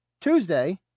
Tuesday